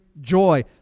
joy